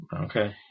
Okay